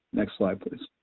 next slide please.